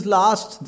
last